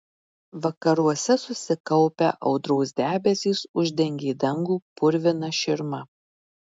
vakaruose susikaupę audros debesys uždengė dangų purvina širma